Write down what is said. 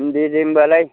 दे दे होनबालाय